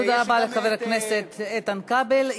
תודה רבה לחבר הכנסת איתן כבל.